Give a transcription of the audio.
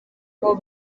uko